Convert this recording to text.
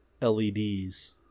LEDs